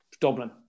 Dublin